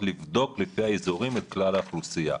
לבדוק לפי האזורים את כלל האוכלוסייה?